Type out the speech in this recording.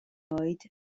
oed